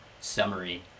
summary